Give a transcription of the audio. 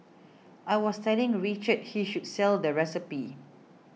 I was telling Richard he should sell the recipe